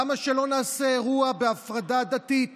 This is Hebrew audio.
למה שלא נעשה אירוע בהפרדה דתית